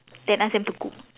then ask them to cook